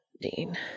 Dean